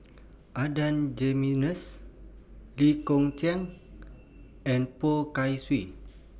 Adan Jimenez Lee Kong Chian and Poh Kay Swee